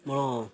ମୁଁ